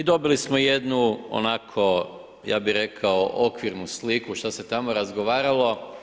I dobili smo jednu onako, ja bih rekao okvirnu sliku šta se tamo razgovaralo.